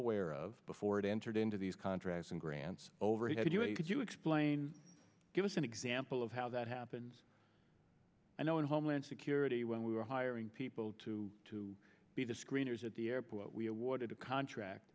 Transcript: aware of before it entered into these contracts and grants over he said you know you could you explain give us an example of how that happens i know in homeland security when we were hiring people to to be the screeners at the airport we awarded a contract